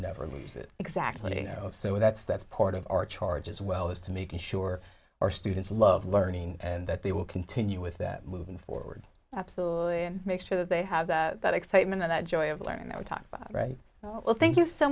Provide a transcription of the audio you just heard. never lose it exactly you know so that's that's part of our charge as well as to making sure our students love learning and that they will continue with that moving forward absolutely and make sure that they have that excitement and joy of learning that we talked about right well thank you so